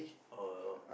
oh